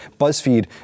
Buzzfeed